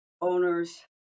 owners